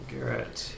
Garrett